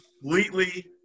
completely